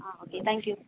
ah okay thank you